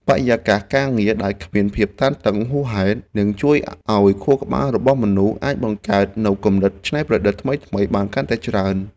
បរិយាកាសការងារដែលគ្មានភាពតានតឹងហួសហេតុនឹងជួយឱ្យខួរក្បាលរបស់មនុស្សអាចបង្កើតនូវគំនិតច្នៃប្រឌិតថ្មីៗបានកាន់តែច្រើន។